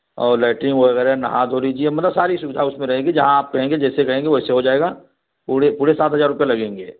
और लेट्रीन वगैरह नहा धो लीजिए मतलब सारी सुविधा उसमें रहेगी जहाँ आप कहेंगे जैसे कहेंगे वैसे हो जाएगा पूरे पूरे सात हज़ार रुपये लगेंगे